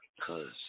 Cause